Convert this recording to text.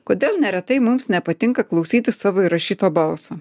kodėl neretai mums nepatinka klausytis savo įrašyto balso